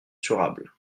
durable